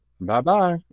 Bye-bye